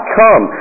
come